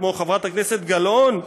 כמו חברת הכנסת גלאון,